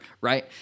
right